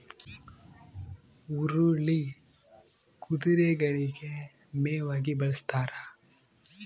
ಹುರುಳಿ ಕುದುರೆಗಳಿಗೆ ಮೇವಾಗಿ ಬಳಸ್ತಾರ